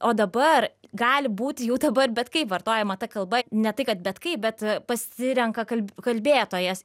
o dabar gali būti jau dabar bet kaip vartojama ta kalba ne tai kad bet kaip bet pasirenka kalb kalbėtojas